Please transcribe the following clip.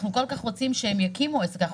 אנחנו כל כך רוצים שהם יקימו שם עסקים כי אנחנו